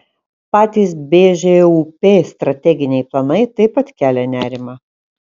patys bžūp strateginiai planai taip pat kelia nerimą